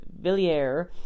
Villiers